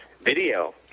video